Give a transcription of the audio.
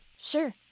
Sure